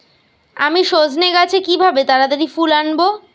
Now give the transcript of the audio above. আমি সজনে গাছে কিভাবে তাড়াতাড়ি ফুল আনব?